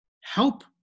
help